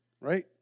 right